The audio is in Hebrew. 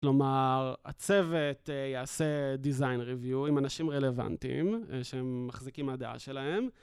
כלומר, הצוות יעשה design review עם אנשים רלוונטיים שהם מחזיקים מהדעה שלהם.